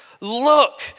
look